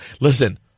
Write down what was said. Listen